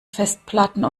festplatten